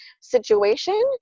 situation